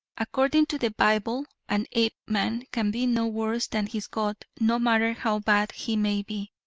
according to the bible an apeman can be no worse than his god no matter how bad he may be.